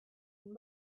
and